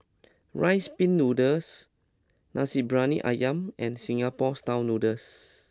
Rice Pin Noodles Nasi Briyani Ayam and Singapore Style Noodles